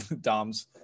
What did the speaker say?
Dom's